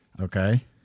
Okay